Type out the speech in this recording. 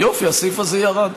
יופי, הסעיף הזה ירד.